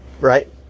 Right